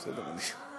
למה?